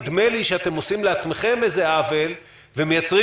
נדמה לי שאתם עושים לעצמכם איזה עוול ומייצרים